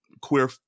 queer